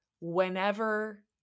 whenever